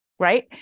Right